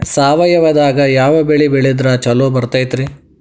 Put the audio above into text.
ಸಾವಯವದಾಗಾ ಯಾವ ಬೆಳಿ ಬೆಳದ್ರ ಛಲೋ ಬರ್ತೈತ್ರಿ?